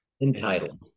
Entitled